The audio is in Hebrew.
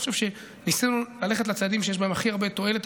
אני חושב שניסינו ללכת לצעדים שיש בהם הכי הרבה תועלת,